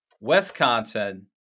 Wisconsin